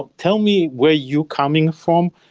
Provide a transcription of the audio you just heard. ah tell me where you coming from.